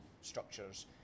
structures